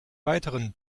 weiteren